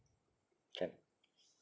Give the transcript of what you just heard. can